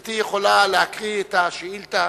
גברתי יכולה להקריא את השאילתא